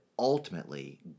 Ultimately